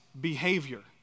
behavior